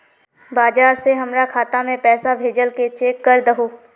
बाहर से हमरा खाता में पैसा भेजलके चेक कर दहु?